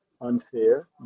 unfair